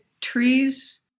trees